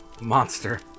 Monster